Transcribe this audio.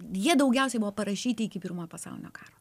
jie daugiausiai buvo parašyti iki pirmojo pasaulinio karo